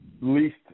least